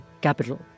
capital